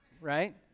right